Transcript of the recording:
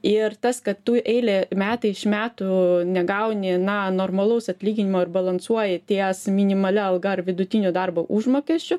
ir tas kad tu eilę metai iš metų negauni na normalaus atlyginimo ir balansuoji ties minimalia alga ar vidutiniu darbo užmokesčiu